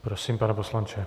Prosím, pane poslanče.